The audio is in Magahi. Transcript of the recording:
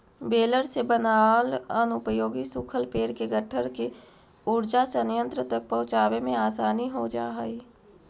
बेलर से बनाल अनुपयोगी सूखल पेड़ के गट्ठर के ऊर्जा संयन्त्र तक पहुँचावे में आसानी हो जा हई